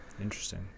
Interesting